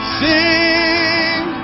sing